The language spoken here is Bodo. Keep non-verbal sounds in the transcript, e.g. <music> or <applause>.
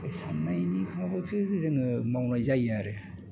बे साननायनि <unintelligible> जोङो मावनाय जायो आरो